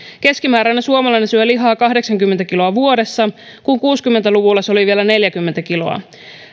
keskimääräisesti suomalainen syö lihaa kahdeksankymmentä kiloa vuodessa kun kuusikymmentä luvulla se oli vielä neljäkymmentä kiloa